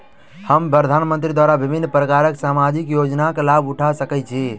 हम प्रधानमंत्री द्वारा विभिन्न प्रकारक सामाजिक योजनाक लाभ उठा सकै छी?